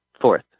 fourth